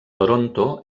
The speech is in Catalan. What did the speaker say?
toronto